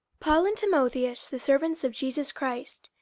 paul and timotheus, the servants of jesus christ,